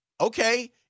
okay